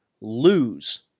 lose